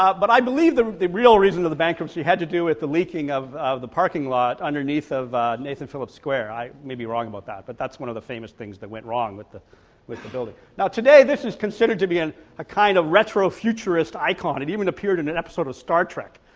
ah but i believe the the real reason of the bankruptcy had to do with the leaking of of the parking lot underneath of nathan phillips square, i may be wrong about that but that's one of the famous things that went wrong with the with the building, now today this is considered to be and a kind of retro futurist icon it even appeared in an episode of star trek,